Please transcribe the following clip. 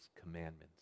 commandments